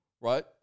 right